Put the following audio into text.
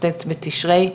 כ"ט בתשרי,